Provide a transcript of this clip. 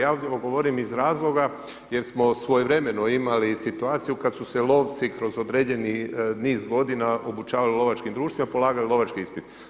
Ja ovdje govorim iz razloga jer smo svojevremeno imali situaciju kada su se lovci kroz određeni niz godina obučavali u lovačkim društvima, polagali lovački ispit.